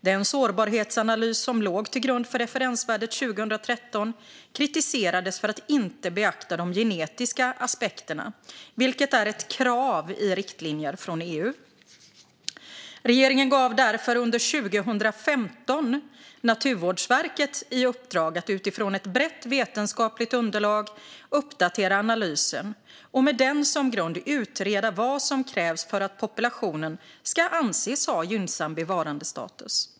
Den sårbarhetsanalys som låg till grund för referensvärdet 2013 kritiserades för att inte beakta de genetiska aspekterna, vilket är ett krav i riktlinjer från EU. Regeringen gav därför under 2015 Naturvårdsverket i uppdrag att utifrån ett brett vetenskapligt underlag uppdatera analysen och med den som grund utreda vad som krävs för att populationen ska anses ha gynnsam bevarandestatus.